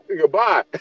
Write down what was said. Goodbye